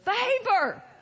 Favor